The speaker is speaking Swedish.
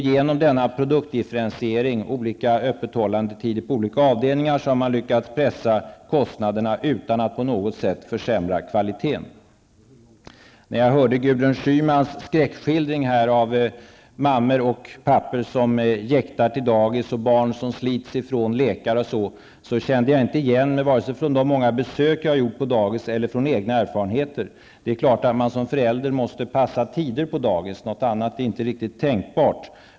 Genom denna produktdifferentiering med olika öppethållandetider på olika avdelningar har man lyckats pressa ned kostnaderna utan att kvaliteten på något sätt försämras. Jag hörde Gudrun Schymans skräckskildring här om mammor och pappor som jäktar till dagis och om barn som slits från lekar osv. Men jag måste säga att jag inte kände igen mig vare sig med tanke på de många besök på olika dagis som jag har gjort eller med tanke på mina egna erfarenheter. Det är klart att man som förälder måste passa tiderna vad det gäller dagis. Något annat är inte riktigt tänkbart.